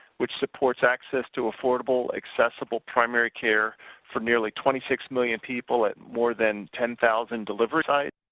which supports access to affordable, accessible primary care for nearly twenty six million people at more than ten thousand delivery sites.